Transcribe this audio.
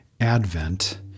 Advent